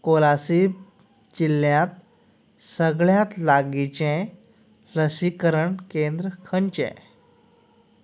कोलासीब जिल्ल्यांत सगळ्यांत लागींचें लसीकरण केंद्र खंयचें